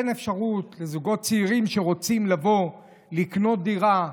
אין אפשרות לזוגות צעירים שרוצים לבוא לקנות דירה,